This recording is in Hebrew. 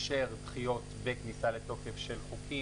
הנושא: דיווח שר התקשורת על דחיית התחילה של חלק מסעיפי החוק